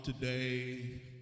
today